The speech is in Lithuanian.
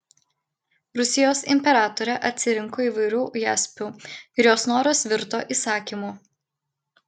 rusijos imperatorė atsirinko įvairių jaspių ir jos noras virto įsakymu